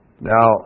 Now